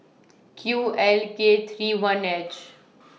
Q L K three one H